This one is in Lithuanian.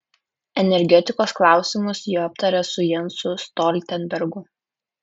energetikos klausimus ji aptarė su jensu stoltenbergu